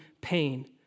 pain